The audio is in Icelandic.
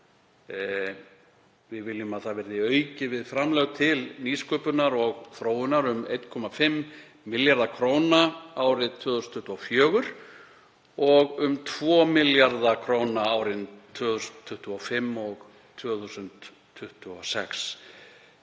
Við viljum að aukið verði við framlög til nýsköpunar og þróunar um 1,5 milljarða kr. árið 2024 og um 2 milljarða kr. árin 2025 og 2026.